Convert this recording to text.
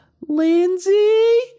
Lindsay